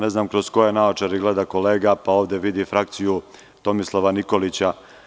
Ne znam kroz koje naočare gleda kolega pa ovde vidi frakciju Tomislava Nikolića.